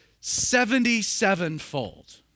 seventy-sevenfold